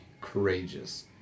courageous